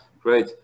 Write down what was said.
Great